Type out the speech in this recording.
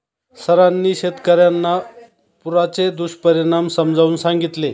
सरांनी शेतकर्यांना पुराचे दुष्परिणाम समजावून सांगितले